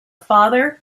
father